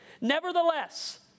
Nevertheless